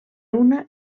una